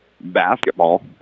basketball